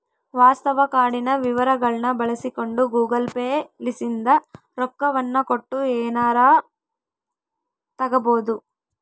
ವಾಸ್ತವ ಕಾರ್ಡಿನ ವಿವರಗಳ್ನ ಬಳಸಿಕೊಂಡು ಗೂಗಲ್ ಪೇ ಲಿಸಿಂದ ರೊಕ್ಕವನ್ನ ಕೊಟ್ಟು ಎನಾರ ತಗಬೊದು